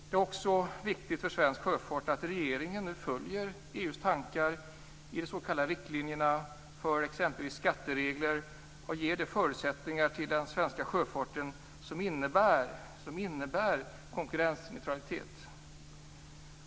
Det är också viktigt för svensk sjöfart att regeringen nu följer EU:s tankar i de s.k. riktlinjerna för exempelvis skatteregler och ger den svenska sjöfarten förutsättningar som innebär konkurrensneutralitet.